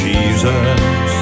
Jesus